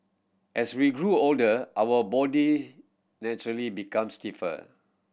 as we grow older our body naturally become stiffer